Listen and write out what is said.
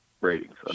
ratings